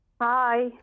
Hi